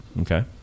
Okay